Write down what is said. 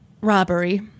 robbery